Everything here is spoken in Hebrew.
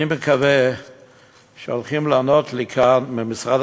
אני מקווה שהולכים לענות לי כאן ממשרד